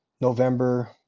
November